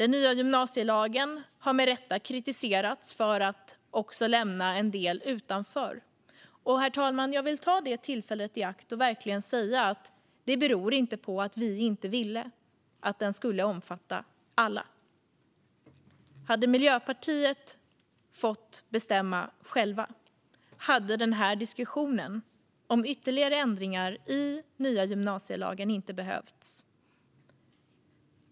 Nya gymnasielagen har med rätta kritiserats för att också lämna en del utanför. Jag vill ta det här tillfället i akt, herr talman, att verkligen säga att det inte beror på att vi inte ville att den skulle omfatta alla. Hade Miljöpartiet fått bestämma själva hade den här diskussionen om ytterligare ändringar i nya gymnasielagen inte behövts.